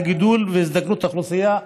בגלל גידול והזדקנות האוכלוסייה,